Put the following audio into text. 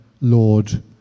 Lord